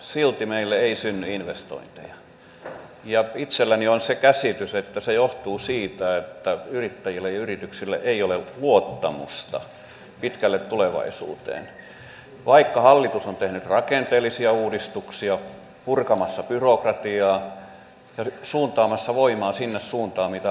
silti meille ei synny investointeja ja itselläni on se käsitys että se johtuu siitä että yrittäjillä ja yrityksillä ei ole luottamusta pitkälle tulevaisuuteen vaikka hallitus on tehnyt rakenteellisia uudistuksia on purkamassa byrokratiaa ja suuntaamassa voimaa sinne suuntaan minne odotetaan